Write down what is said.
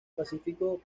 pacífico